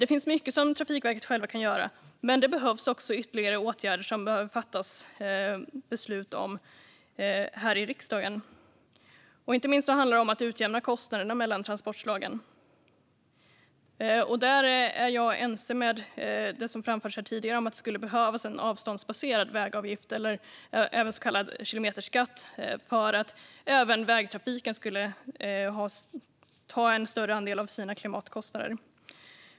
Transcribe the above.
Det finns mycket som Trafikverket självt kan göra, men det behöver också fattas beslut här i riksdagen om ytterligare åtgärder. Inte minst handlar det om att utjämna kostnaderna mellan transportslagen. Jag håller med om det som har framförts här tidigare om att det skulle behövas en avståndsbaserad vägavgift, även kallad kilometerskatt, för att även vägtrafiken ska ta en större andel av sina klimatkostnader.